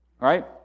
right